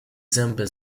zęby